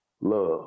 Love